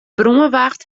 brânwacht